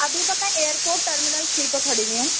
ابھی تو میں ایئر پورٹ ٹرمینل تھری پہ کھڑی ہوئی ہوں